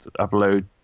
upload